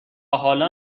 حالا